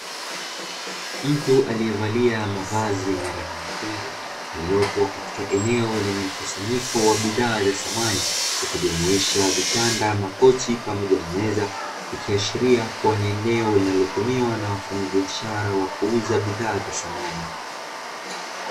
Mtu aliyevalia mavazi yenye rangi nyekundu aliyopo katika eneo lenye mkusanyiko wa bidhaa za samani ikijumuisha: vitanda, makochi pamoja na meza ikiashiria kuwa ni eneo linalotumiwa na wafanyabiashara wa kuuza bidhaa za samani.